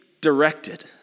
directed